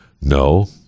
No